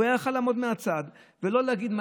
הוא יכול היה לעמוד מהצד ולא להגיד מה